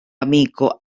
amico